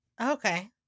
Okay